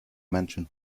mentioned